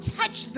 touch